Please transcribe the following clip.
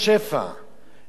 ארץ-ישראל,